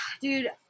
Dude